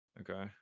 Okay